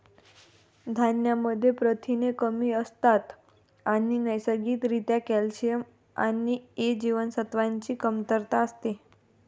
धान्यांमध्ये प्रथिने कमी असतात आणि नैसर्गिक रित्या कॅल्शियम आणि अ जीवनसत्वाची कमतरता असते